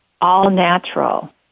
all-natural